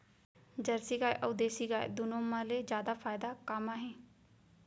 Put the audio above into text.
Jersey गाय अऊ देसी गाय दूनो मा ले जादा फायदा का मा हे?